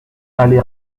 allé